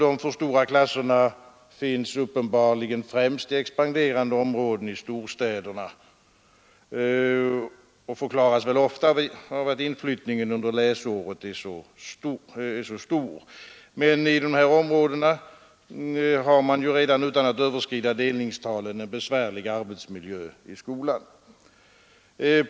De för stora klasserna finns uppenbarligen främst i expanderande områden i storstäderna och förklaras väl ofta av att inflyttningen under läsåret är så stor. Men i de områdena har man ju redan utan att överskrida delningstalen en besvärlig arbetsmiljö i skolan.